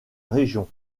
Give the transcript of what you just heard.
région